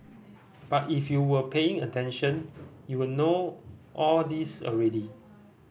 but if you were paying attention you'll know all this already